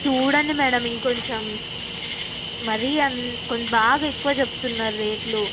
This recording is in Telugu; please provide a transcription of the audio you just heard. చూడండి మేడం ఇంకొంచెం మరి అ కొ బాగా ఎక్కువ చెప్తున్నారు రేట్లు